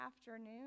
afternoon